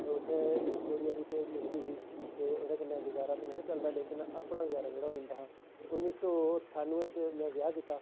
ते उत्थै थोह्ड़ी हारी पे मिलदी ही ते ओह्दे कन्नै गजारा ते नहा चलदा लेकिन अपना गुजारा जेह्ड़ा होई जंदा हा उन्नी सौ ठानमै च मैं ब्याह् कीता